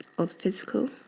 of physical